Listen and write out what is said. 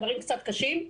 דברים קצת קשים.